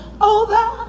over